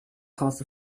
caused